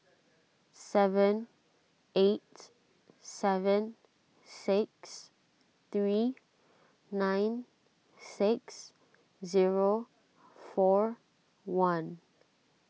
seven eight seven six three nine six zero four one